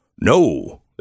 No